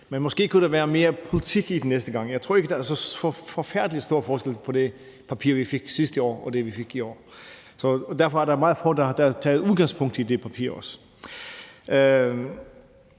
men måske kunne der være mere politik i den næste gang. Jeg tror ikke, der er så forfærdelig stor forskel på det papir, vi fik sidste år, og det, vi har fået i år. Derfor er der også meget få, der har taget udgangspunkt i det papir.